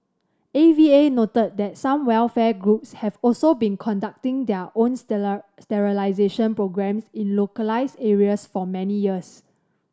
A V A noted that some welfare groups have also been conducting their own sterilisation programmes in localised areas for many years